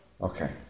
Okay